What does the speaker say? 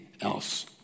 else